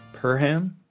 Perham